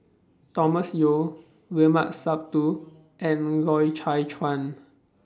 Thomas Yeo Limat Sabtu and Loy Chye Chuan